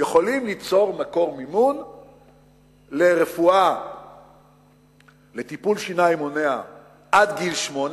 יכולות ליצור מקור מימון לטיפול שיניים מונע עד גיל 18